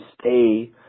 stay